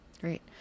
Great